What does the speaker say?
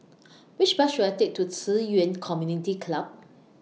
Which Bus should I Take to Ci Yuan Community Club